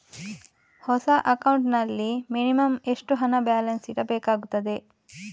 ಹೊಸ ಅಕೌಂಟ್ ನಲ್ಲಿ ಮಿನಿಮಂ ಎಷ್ಟು ಹಣ ಬ್ಯಾಲೆನ್ಸ್ ಇಡಬೇಕಾಗುತ್ತದೆ?